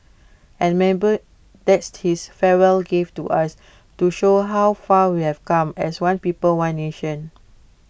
and that's his farewell gift to us to show how far we've come as one people as one nation